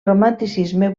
romanticisme